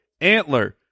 antler